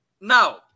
Now